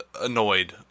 annoyed